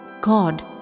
God